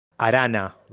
arana